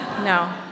No